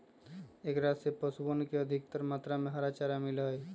एकरा से पशुअन के अधिकतर मात्रा में हरा चारा मिला हई